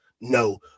No